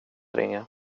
ringa